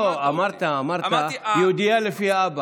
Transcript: לפי הלכה אין מציאות, לא, אמרת יהודייה לפי האבא.